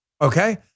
Okay